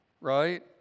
right